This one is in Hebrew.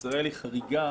שישראל היא חריגה